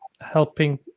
helping